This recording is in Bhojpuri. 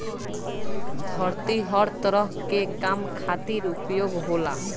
धरती हर तरह के काम खातिर उपयोग होला